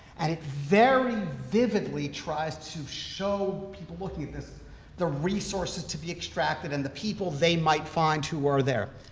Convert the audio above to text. and it very vividly tries to show people looking at this the resources to be extracted and the people they might find who are there.